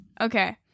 Okay